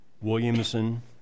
Williamson